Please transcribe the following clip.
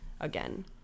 again